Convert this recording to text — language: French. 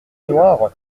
noirs